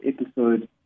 episode